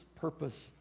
purpose